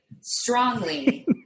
strongly